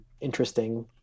interesting